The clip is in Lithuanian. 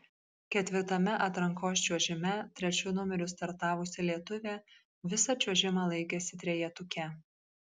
ketvirtame atrankos čiuožime trečiu numeriu startavusi lietuvė visą čiuožimą laikėsi trejetuke